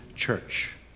church